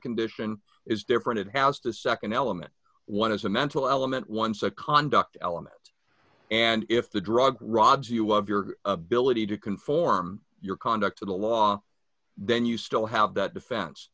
condition is different it has the nd element one is a mental element once a conduct element and if the drug robs you of your ability to conform your conduct to the law then you still have that defen